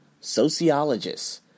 Sociologist's